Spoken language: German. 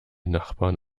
nachbarn